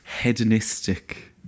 hedonistic